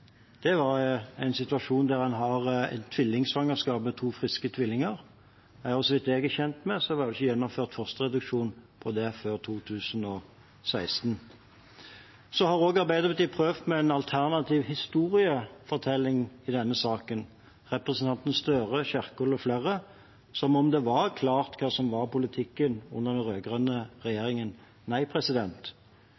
innlegg, var en situasjon der en har et tvillingsvangerskap med to friske tvillinger. Så vidt jeg er kjent med, ble det ikke gjennomført fosterreduksjon på det før 2016. Arbeiderpartiet, ved representantene Gahr Støre, Kjerkol mfl., har også prøvd seg på en alternativ historiefortelling i denne saken, som om det var klart hva som var politikken under den